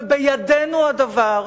ובידינו הדבר,